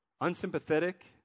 unsympathetic